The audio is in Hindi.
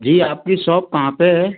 जी आपकी शॉप कहाँ पर है